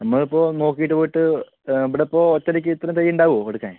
നമ്മള് ഇപ്പോൾ നോക്കിയിട്ട് പോയിട്ട് ഇവിടിപ്പോൾ ഒറ്റയടിക്ക് ഇത്രയും തൈ ഉണ്ടാകുമോ എടുക്കാൻ